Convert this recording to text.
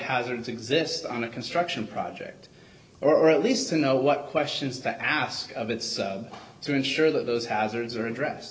hazards exist on a construction project or at least to know what questions to ask of it's to ensure that those hazards are address